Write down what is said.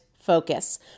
focus